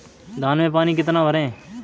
धान में पानी कितना भरें?